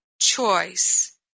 choice